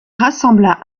rassembla